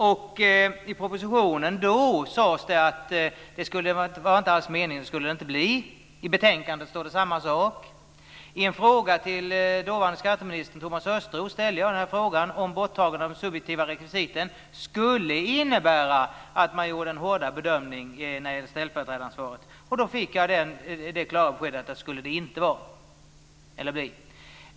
Det sades i propositionen att detta inte var meningen. Det står samma sak i betänkandet. I en fråga till dåvarande skatteministern Thomas Östros undrade jag om borttagande av de subjektiva rekvisiten skulle innebära en hårdare bedömning i ställföreträdaransvaret. Då fick jag det klara beskedet att det inte skulle bli så.